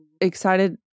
excited